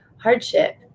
hardship